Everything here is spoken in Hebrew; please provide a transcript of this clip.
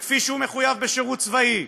וכפי שהוא מחויב בשירות צבאי,